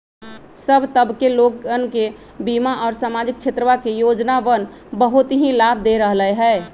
सब तबके के लोगन के बीमा और सामाजिक क्षेत्रवा के योजनावन बहुत ही लाभ दे रहले है